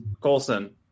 Colson